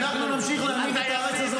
אין להם מילה להגיד להגנתם.